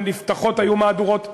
ובהן היו נפתחות מהדורות החדשות.